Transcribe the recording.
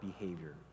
behavior